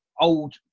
old